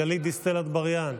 גלית דיסטל אטבריאן,